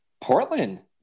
Portland